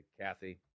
Kathy